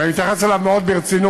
ואני מתייחס אליו מאוד ברצינות,